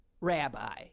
rabbi